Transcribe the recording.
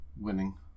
winning